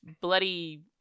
bloody